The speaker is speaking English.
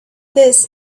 this